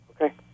Okay